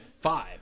five